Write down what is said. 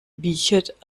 wiechert